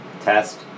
Test